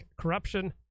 corruption